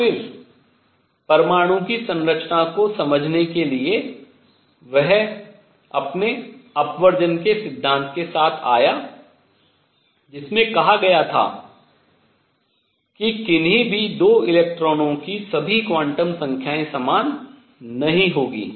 और फिर परमाणु की संरचना को समझने के लिए वह अपने अपवर्जन सिद्धांत के साथ आया जिसमें कहा गया था कि किन्ही भी 2 इलेक्ट्रॉनों की सभी क्वांटम संख्याएँ समान नहीं होंगी